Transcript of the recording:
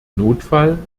notfall